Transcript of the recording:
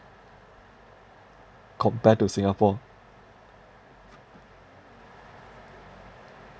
compare to singapore